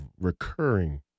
recurring